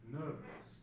nervous